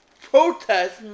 protest